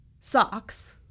socks